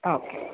okay